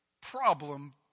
problem